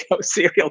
serial